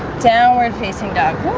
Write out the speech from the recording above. downward facing dog